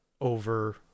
Over